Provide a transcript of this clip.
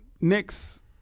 Next